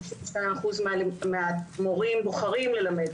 ש-92% מהמורים בוחרים ללמד